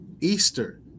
Easter